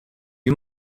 you